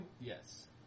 Yes